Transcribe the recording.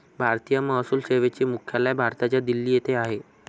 भारतीय महसूल सेवेचे मुख्यालय भारताच्या दिल्ली येथे आहे